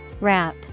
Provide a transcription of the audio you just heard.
wrap